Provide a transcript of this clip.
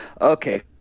Okay